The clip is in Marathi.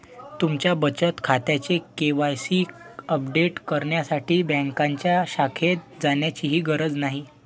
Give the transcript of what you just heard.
तुमच्या बचत खात्याचे के.वाय.सी अपडेट करण्यासाठी बँकेच्या शाखेत जाण्याचीही गरज नाही